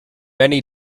many